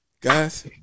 Guys